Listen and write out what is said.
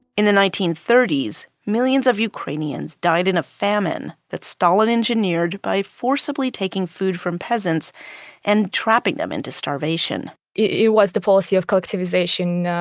in the nineteen thirty s, millions of ukrainians died in a famine that stalin engineered by forcibly taking food from peasants and trapping them into starvation it was the policy of collectivization.